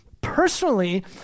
personally